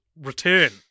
return